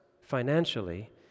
financially